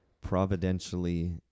providentially